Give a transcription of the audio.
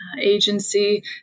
agency